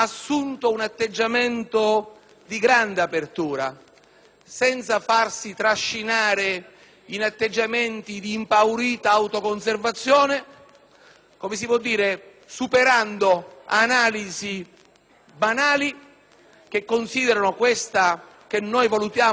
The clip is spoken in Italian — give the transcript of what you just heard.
senza farsi trascinare in atteggiamenti di impaurita autoconservazione, superando analisi banali che considerano questa, che noi valutiamo un'opportunità, un pericolo per l'unità del Paese.